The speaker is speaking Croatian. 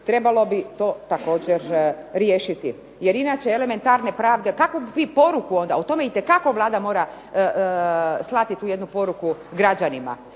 trebalo bi to također riješiti jer inače elementarne pravde, kakvu bi vi poruku onda, o tome itekako Vlada mora slati tu jednu poruku građanima.